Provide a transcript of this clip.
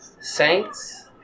Saints